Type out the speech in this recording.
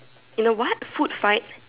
in a what food fight